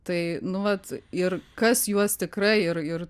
tai nu vat ir kas juos tikrai ir ir